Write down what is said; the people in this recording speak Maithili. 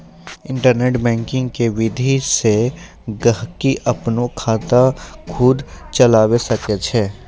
इन्टरनेट बैंकिंग के विधि से गहकि अपनो खाता खुद चलावै सकै छै